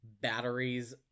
batteries